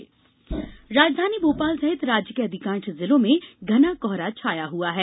मौसम राजधानी भोपाल सहित राज्य के अधिकांश जिलों में घना कोहरा छाया हुआ है